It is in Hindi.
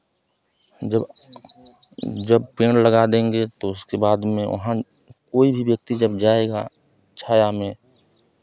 जब जब पेड़ लगा देंगे तो उसके बाद में वहाँ कोई भी व्यक्ति जब जाएगा छाया में